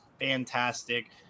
fantastic